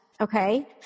Okay